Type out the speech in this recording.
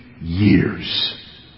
years